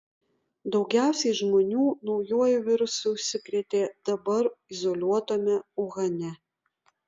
daugiausiai žmonių naujuoju virusu užsikrėtė dabar izoliuotame uhane